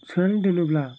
सोनानै दोनोब्ला